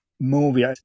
movie